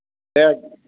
दे